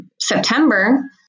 September